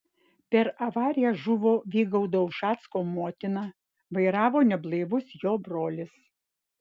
per avariją žuvo vygaudo ušacko motina vairavo neblaivus jo brolis